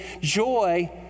joy